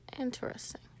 interesting